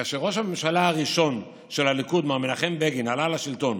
כאשר ראש הממשלה הראשון של הליכוד מר מנחם בגין עלה לשלטון